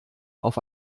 auf